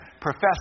profess